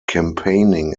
campaigning